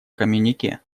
коммюнике